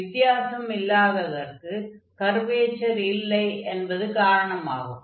வித்தியாசம் இல்லாததற்கு கர்வேச்சர் இல்லை என்பது ஒரு காரணமாகும்